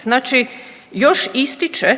Znači još ističe